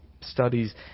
studies